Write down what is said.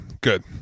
good